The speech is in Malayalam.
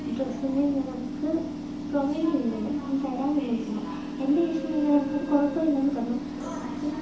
ഡ്രെസ്സും കൂടി ഞാൻ അവർക്ക് പ്രൊവൈഡ് ചെയ്യുന്നുണ്ട് ഞാൻ തരാമെന്നും പറഞ്ഞു എൻ്റെ ക്യാഷും ഞാൻ തരാം അത് കുഴപ്പമില്ലെന്നും പറഞ്ഞു അപ്പം